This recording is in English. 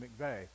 McVeigh